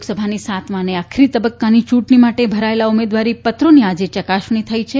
લોકસભાની સાતમા અને આખરી તબક્કાની ચૂંટણી માટે ભરાયેલા ઉમેદવારીપત્રોની આજે ચકાસણી થઇ છે